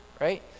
right